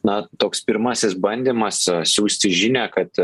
na toks pirmasis bandymas siųsti žinią kad